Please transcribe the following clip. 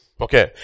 Okay